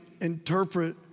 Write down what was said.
interpret